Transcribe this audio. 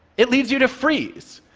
it leads you to freeze.